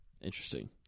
Interesting